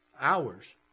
hours